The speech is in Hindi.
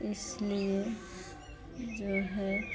इसलिए जो है